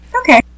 Okay